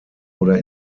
oder